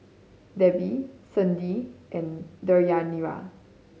Debbi Sydnee and Deyanira